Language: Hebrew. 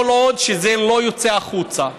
כל עוד זה לא יוצא החוצה,